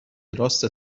راست